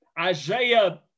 Isaiah